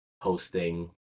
hosting